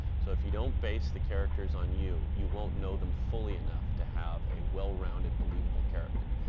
so if you don't base the characters on you, you won't know them fully enough to have a well rounded believable character.